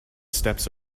steps